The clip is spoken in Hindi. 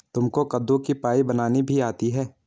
तुमको कद्दू की पाई बनानी भी आती है?